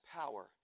power